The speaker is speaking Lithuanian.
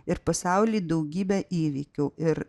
ir pasauly daugybė įvykių ir